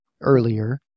earlier